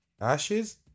Ashes